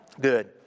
good